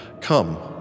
Come